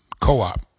co-op